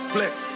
Flex